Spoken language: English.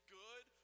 good